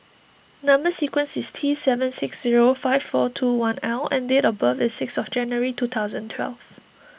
Number Sequence is T seven six five four two one L and date of birth is sixth January two thousand and twelve